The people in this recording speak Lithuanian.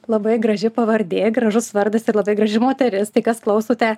labai graži pavardė gražus vardas ir labai graži moteris tai kas klausote